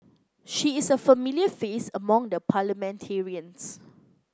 she is a familiar face among the parliamentarians